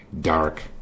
dark